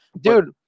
Dude